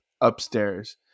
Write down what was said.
upstairs